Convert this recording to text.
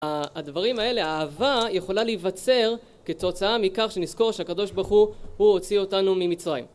הדברים האלה, האהבה יכולה להיווצר כתוצאה מכך שנזכור שהקדוש ברוך הוא הוציא אותנו ממצרים